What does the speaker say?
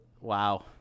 Wow